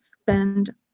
spend